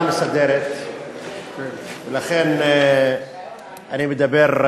אני הייתי בוועדה המסדרת ולכן אני מדבר,